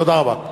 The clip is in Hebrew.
תודה רבה.